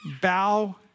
bow